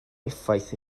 effaith